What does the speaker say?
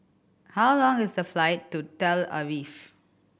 how long is the flight to Tel Aviv